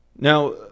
Now